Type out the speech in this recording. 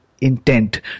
intent